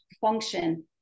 function